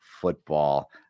football